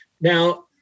Now